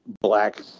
black